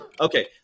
Okay